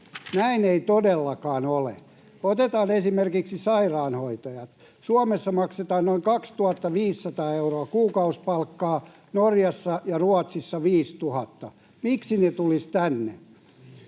Näin ei todellakaan ole. Otetaan esimerkiksi sairaanhoitajat: Suomessa maksetaan noin 2 500 euroa kuukausipalkkaa, Norjassa ja Ruotsissa 5 000. Miksi he tulisivat tänne?